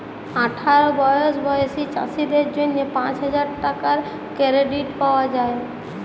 আঠার বসর বয়েসী চাষীদের জ্যনহে পাঁচ হাজার টাকার কেরডিট পাউয়া যায়